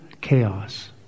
chaos